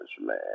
man